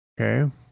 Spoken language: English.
Okay